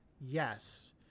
Yes